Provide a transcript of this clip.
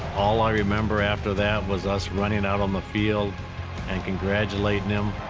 all i remember after that was us running out on the field and congratulating him.